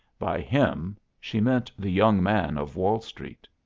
by him she meant the young man of wall street.